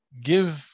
give